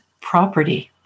property